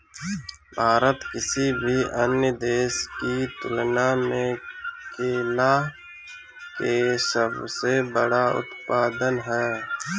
भारत किसी भी अन्य देश की तुलना में केला के सबसे बड़ा उत्पादक ह